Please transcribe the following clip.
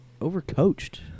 Overcoached